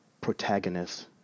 protagonist